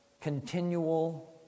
Continual